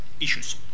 issues